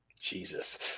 jesus